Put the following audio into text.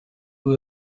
who